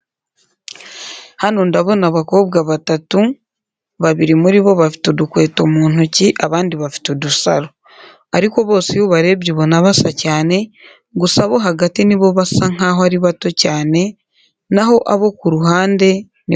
Hano ndabona abakobwa batatu babiri muri bo bafite udukweto mu ntoki abandi bafite udusaro. Ariko bose iyo ubarebye ubona basa cyane gusa abo hagati nibo basa nkaho ari bato cyane naho abo ku ruhande nibo bakuru.